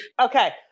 Okay